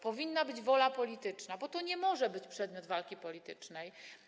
Powinna być wola polityczna, bo to nie może być przedmiot walki politycznej.